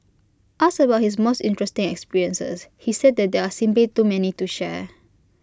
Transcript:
asked about his most interesting experiences he said that there are simply too many to share